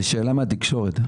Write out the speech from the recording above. זו שאלה מהתקשורת.